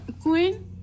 Queen